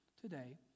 today